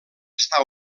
està